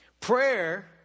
Prayer